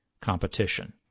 competition